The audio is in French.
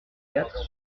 quatre